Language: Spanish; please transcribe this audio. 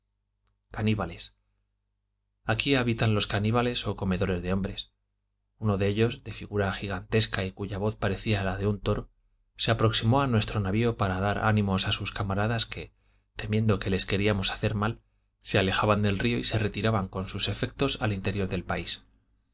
caníbales aquí habitan los caníbales o comedores de hombres uno de ellos de figura gigantesca y cuya voz parecía la de un toro se aproximó a nuestro navio para dar ánimos a sus camaradas que temiendo que les queríamos hacer mal se alejaban del río y se retiraban con sus efectos al interior del país por